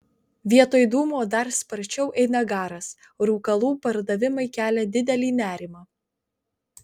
vietoj dūmo dar sparčiau eina garas rūkalų pardavimai kelia didelį nerimą